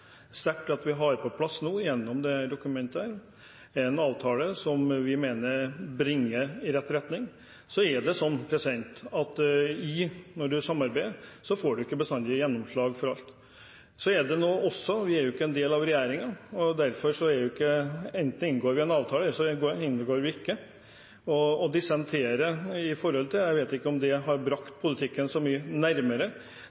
sterkt til at vi gjennom dette dokumentet har på plass en avtale som vi mener går i rett retning. Så er det sånn at når man samarbeider, får man ikke bestandig gjennomslag for alt. Vi er ikke en del av regjeringen. Enten inngår vi en avtale, eller så inngår vi det ikke. Å dissentere – jeg vet ikke om det har brakt politikken så mye